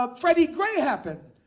ah freddie gray happened.